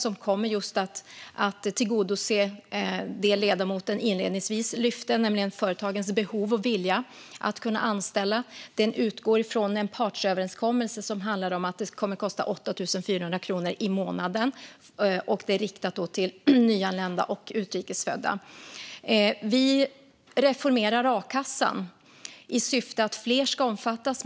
De kommer att tillgodose just det som ledamoten inledningsvis lyfte, nämligen företagens behov och vilja att anställa. Etableringsjobben utgår från en partsöverenskommelse som handlar om att det kommer att kosta 8 400 kronor i månaden, och detta är riktat till nyanlända och utrikes födda. Vi reformerar a-kassan i syfte att fler ska omfattas.